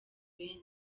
benshi